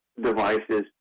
devices